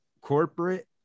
corporate